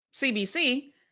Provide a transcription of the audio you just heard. CBC